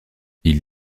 ils